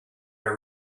our